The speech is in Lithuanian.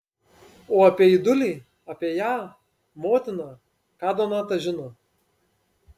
o apie aidulį apie ją motiną ką donata žino